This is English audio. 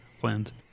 plans